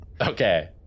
Okay